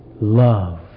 love